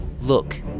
Look